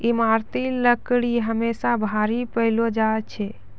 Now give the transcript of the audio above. ईमारती लकड़ी हमेसा भारी पैलो जा छै